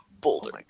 Boulder